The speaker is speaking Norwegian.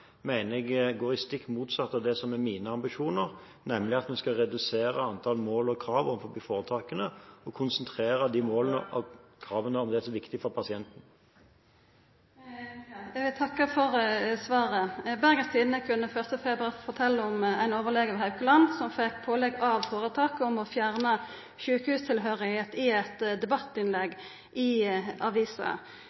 er mine ambisjoner, nemlig at vi skal redusere antall mål og krav overfor foretakene, og konsentrere målene og kravene om det som er viktig for pasienten. Eg vil takka for svaret. Bergens Tidende kunne 1. februar fortelja om ein overlege ved Haukeland sjukehus som fekk pålegg av føretaket om å fjerna sjukehustilhøyrsla i eit debattinnlegg